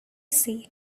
say